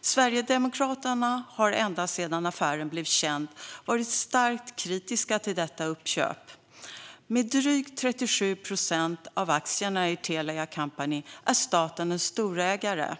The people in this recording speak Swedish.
Sverigedemokraterna har ända sedan affären blev känd varit starkt kritiska till detta uppköp. Med drygt 37 procent av aktierna i Telia Company är staten en storägare.